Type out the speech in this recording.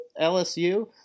LSU